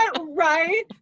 Right